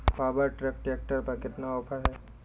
Power track tractor पर कितना offer है?